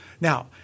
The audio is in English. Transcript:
Now